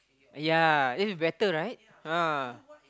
ya this is better right ah